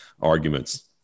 arguments